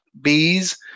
bees